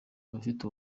abafite